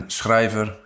schrijver